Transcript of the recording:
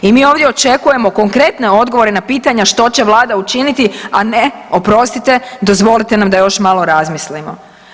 I mi ovdje očekujemo konkretne odgovore na pitanja što će Vlada učiniti, a ne oprostite, dozvolite nam da još malo razmislimo.